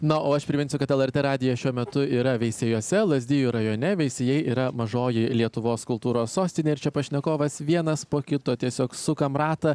na o aš priminsiu kad lrt radijas šiuo metu yra veisiejuose lazdijų rajone veisiejai yra mažoji lietuvos kultūros sostinė ir čia pašnekovas vienas po kito tiesiog sukam ratą